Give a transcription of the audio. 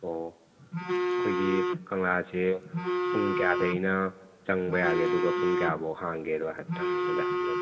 ꯑꯣ ꯑꯩꯈꯣꯏꯒꯤ ꯀꯪꯂꯥꯁꯦ ꯄꯨꯡ ꯀꯌꯗꯩꯅ ꯆꯪꯕ ꯌꯥꯒꯦ ꯑꯗꯨꯒ ꯄꯨꯡ ꯀꯌꯥꯚꯧ ꯍꯥꯡꯒꯦꯗꯣ ꯍꯥꯏꯐꯦꯠ ꯑꯩꯉꯣꯟꯗ ꯍꯥꯏꯕꯤꯌꯣ